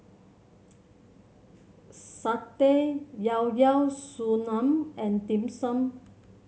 Satay Llao Llao Sanum and Dim Sum